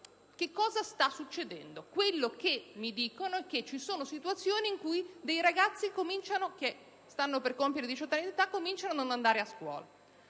Cosa sta succedendo? Mi dicono che ci sono situazioni in cui dei ragazzi che stanno per compiere 18 anni di età cominciano a non andare a scuola.